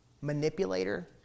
manipulator